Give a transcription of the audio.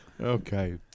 Okay